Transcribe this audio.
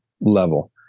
level